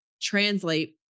translate